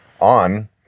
on